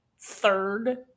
third